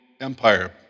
Empire